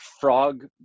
frog